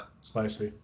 Spicy